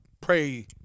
pray